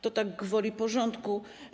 To tak gwoli porządku.